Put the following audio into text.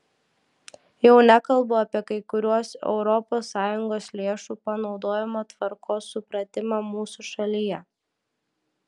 jau nekalbu apie kai kuriuos europos sąjungos lėšų panaudojimo tvarkos supratimą mūsų šalyje